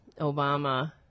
Obama